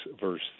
verse